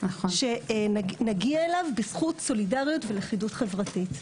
שנגיע אליו בזכות סולידריות ולכידות חברתית.